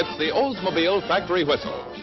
the oldsmobile factory whistle.